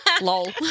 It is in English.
Lol